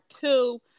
two